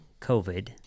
COVID